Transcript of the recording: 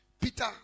peter